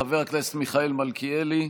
חבר הכנסת מיכאל מלכיאלי,